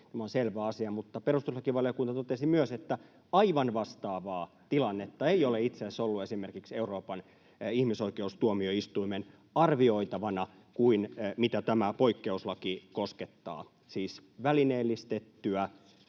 Tämä on selvä asia, mutta perustuslakivaliokunta totesi myös, että aivan vastaavaa tilannetta ei ole itse asiassa ollut esimerkiksi Euroopan ihmisoikeustuomioistuimen arvioitavana kuin mitä tämä poikkeuslaki koskettaa, siis välineellistettyä